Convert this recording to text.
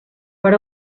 per